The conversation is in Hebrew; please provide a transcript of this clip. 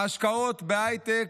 ההשקעות בהייטק,